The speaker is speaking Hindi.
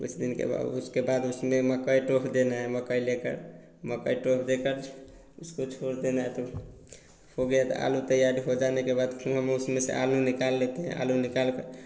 कुछ दिन के बाद उसके बाद उसमें मकई ठोक देना हैं मकई लेकर मकई ठोक देकर उसको छोड़ देना है तो हो गया आलू तैयार हो जाने के बाद उसमें से आलू निकाल लेते हैं आलू निकालकर